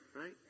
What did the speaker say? right